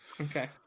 Okay